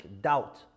doubt